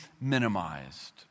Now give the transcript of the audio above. minimized